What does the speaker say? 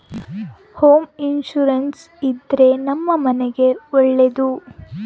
home insurance ಇದ್ರೆ ನಮ್ ಮನೆಗ್ ಒಳ್ಳೇದು